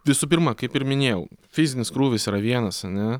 visų pirma kaip ir minėjau fizinis krūvis yra vienas ane